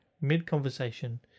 Mid-conversation